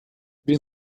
been